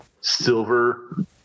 silver